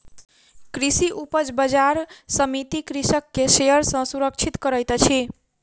कृषि उपज बजार समिति कृषक के शोषण सॅ सुरक्षित करैत अछि